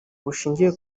bushingiye